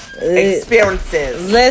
experiences